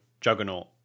juggernaut